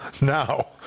now